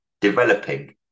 developing